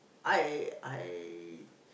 I I